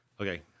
Okay